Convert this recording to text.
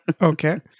Okay